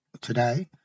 today